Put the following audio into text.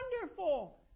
wonderful